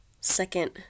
second